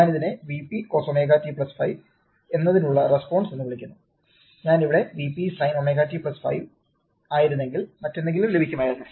ഞാൻ അതിനെ Vp cos ω t 5 എന്നതിനുള്ള റെസ്പോൺസ് എന്ന് വിളിക്കുന്നു ഞാൻ ഇവിടെ Vpsine ωt5 ആയിരുന്നെങ്കിൽ മറ്റെന്തെങ്കിലും ലഭിക്കുമായിരുന്നു